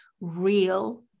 real